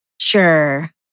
Sure